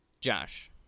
Josh